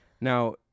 Now